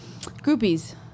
groupies